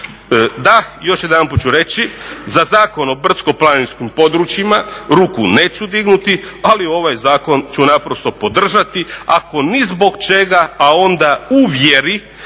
Da, još jedanput ću reći, za Zakon o brdsko planinskim područjima, ruku neću dignuti ali ovaj zakon ću naprosto podržati ako ni zbog čega, a onda u vjeri